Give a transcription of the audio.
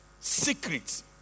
secrets